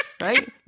right